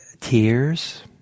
tears